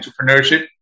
entrepreneurship